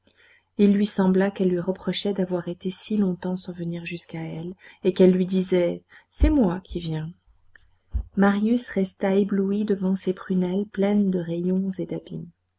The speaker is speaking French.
il lui sembla qu'elle lui reprochait d'avoir été si longtemps sans venir jusqu'à elle et qu'elle lui disait c'est moi qui viens marius resta ébloui devant ces prunelles pleines de rayons et